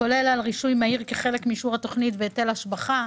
כולל על רישוי מהיר כחלק מאישור התוכנית וכן היטל השבחה.